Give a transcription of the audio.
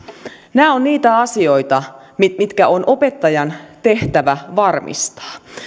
nämä ovat niitä asioita mitkä on opettajan tehtävä varmistaa